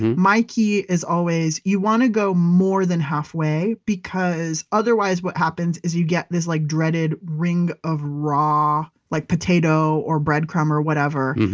my key is always, you want to go more than halfway. because otherwise what happens is you get this like dreaded ring of raw like potato or breadcrumb or whatever.